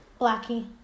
Blackie